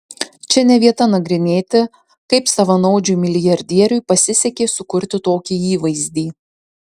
čia ne vieta nagrinėti kaip savanaudžiui milijardieriui pasisekė sukurti tokį įvaizdį